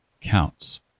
counts